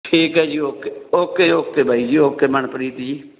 ਠੀਕ ਹੈ ਜੀ ਓਕੇ ਓਕੇ ਓਕੇ ਬਾਈ ਜੀ ਓਕੇ ਮਨਪ੍ਰੀਤ ਜੀ